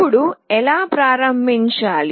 ఇప్పుడు ఎలా ప్రారంభించాలి